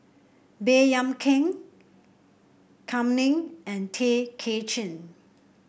Baey Yam Keng Kam Ning and Tay Kay Chin